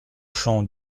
champ